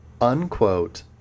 unquote